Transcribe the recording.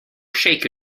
shake